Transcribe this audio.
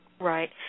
Right